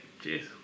cheers